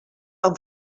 amb